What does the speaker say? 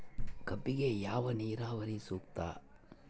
ಕಬ್ಬಿಗೆ ಯಾವ ನೇರಾವರಿ ಸೂಕ್ತ?